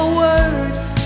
words